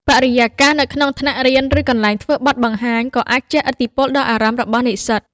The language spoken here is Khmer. បរិយាកាសនៅក្នុងថ្នាក់រៀន ឬកន្លែងធ្វើបទបង្ហាញក៏អាចជះឥទ្ធិពលដល់អារម្មណ៍របស់និស្សិត។